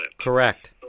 Correct